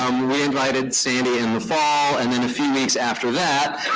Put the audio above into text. um we we invited sandy in the fall. and then a few weeks after that,